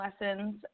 lessons